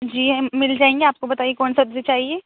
جی مل جائیں گی آپ کو بتائیے کون سی سبزی چاہیے